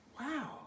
Wow